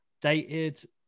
dated